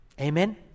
Amen